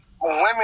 Women